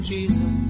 Jesus